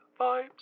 vibes